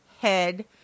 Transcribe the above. head